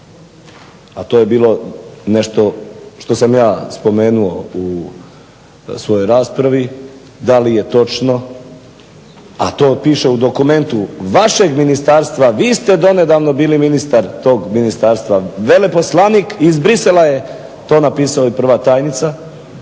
a to je bilo nešto što sam ja spomenuo u svojoj raspravi. Da li je to točno, a to piše u dokumentu vašeg ministarstva, vi ste donedavno bili ministar tog ministarstva, veleposlanik iz Bruxellesa je to napisao i prva tajnica,